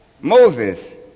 Moses